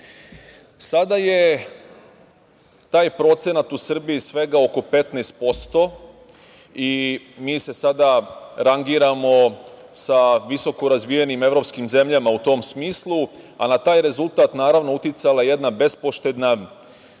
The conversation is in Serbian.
je taj procenat u Srbiji svega oko 15% i mi se sada rangiramo sa visokorazvijenim evropskim zemljama u tom smislu, a na taj rezultat, naravno uticala je jedna bespoštedna